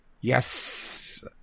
yes